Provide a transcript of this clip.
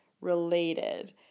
related